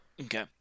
Okay